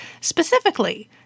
specifically